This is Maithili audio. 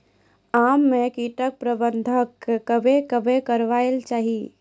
आम मे कीट प्रबंधन कबे कबे करना चाहिए?